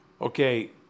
Okay